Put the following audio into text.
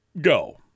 go